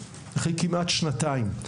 אחרי כמעט שנתיים.